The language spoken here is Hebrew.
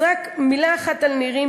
אז רק מילה אחת על נירים,